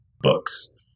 books